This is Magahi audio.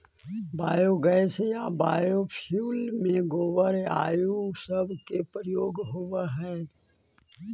बायोगैस या बायोफ्यूल में गोबर आउ सब के प्रयोग होवऽ हई